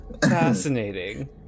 Fascinating